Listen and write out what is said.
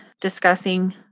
discussing